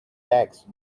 tax